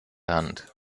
hand